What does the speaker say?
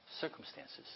circumstances